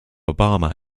obama